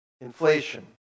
Inflation